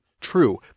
True